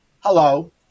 Hello